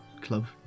club